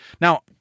Now